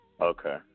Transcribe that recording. Okay